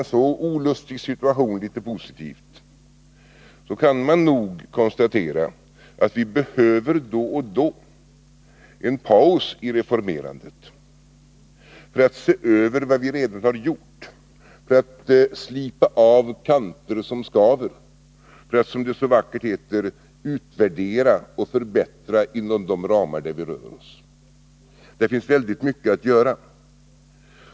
en så olustig situation litet positivt, kan konstatera att vi då och då behöver en paus i reformerandet för att se över vad vi redan har gjort, för att slipa av i kanter som skaver och för att, som det så vackert heter, utvärdera och förbättra inom de ramar där vi rör oss. Det finns mycket att göra.